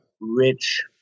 rich